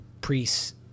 priests